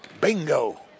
bingo